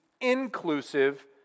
inclusive